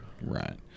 Right